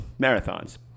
marathons